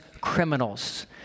criminals